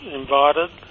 invited